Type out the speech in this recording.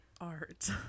art